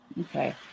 Okay